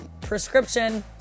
prescription